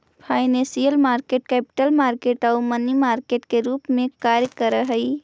financial market capital market आउ money market के रूप में कार्य करऽ हइ